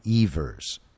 Evers